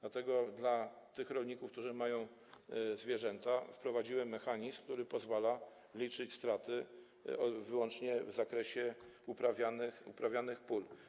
Dlatego dla tych rolników, którzy mają zwierzęta, wprowadziłem mechanizm, który pozwala liczyć straty wyłącznie w zakresie uprawianych pól.